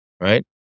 right